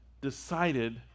decided